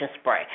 spray